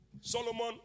Solomon